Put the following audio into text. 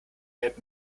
gelb